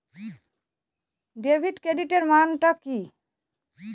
Debit ক্রেডিটের মানে টা কি?